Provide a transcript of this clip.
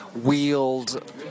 wield